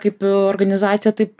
kaip organizacija taip